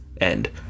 end